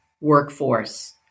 workforce